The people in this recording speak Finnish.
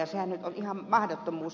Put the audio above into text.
sehän on ihan mahdottomuus